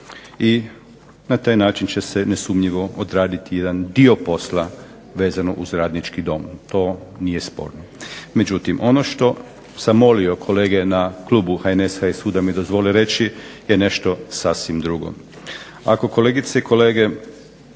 i na taj način će se nesumnjivo odraditi jedan dio posla vezano uz RAdnički dom, to nije sporno. Međutim, ono što sam molio kolege na klubu HNS-a, HSU-a da mi dozvole reći je nešto sasvim drugo. Ako kolegice i kolege